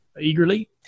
eagerly